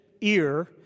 ear